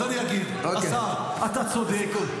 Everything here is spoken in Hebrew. אז אני אגיד: השר, אתה צודק.